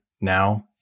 Now